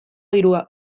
hiruak